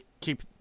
keep